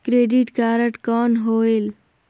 Credit card कौन होएल?